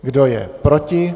Kdo je proti?